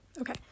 Okay